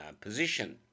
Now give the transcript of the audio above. position